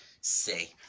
say